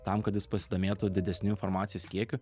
tam kad jis pasidomėtų didesniu informacijos kiekiu